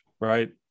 right